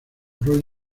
royal